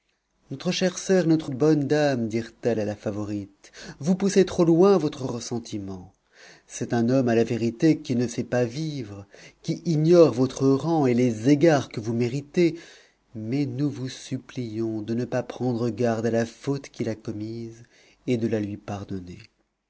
notre chère soeur et notre bonne dame dirent-elles à la favorite vous poussez trop loin votre ressentiment c'est un homme à la vérité qui ne sait pas vivre qui ignore votre rang et les égards que vous méritez mais nous vous supplions de ne pas prendre garde à la faute qu'il a commise et de la lui pardonner